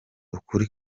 ukuri